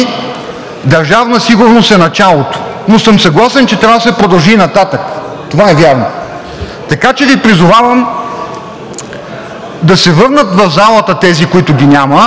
Държавна сигурност е началото, но съм съгласен, че трябва да се продължи и нататък. Това е вярно! Така че Ви призовавам да се върнат в залата тези, които ги няма,